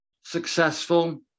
successful